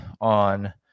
on